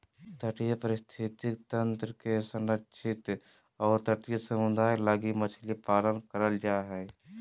तटीय पारिस्थितिक तंत्र के संरक्षित और तटीय समुदाय लगी मछली पालन करल जा हइ